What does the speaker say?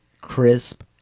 crisp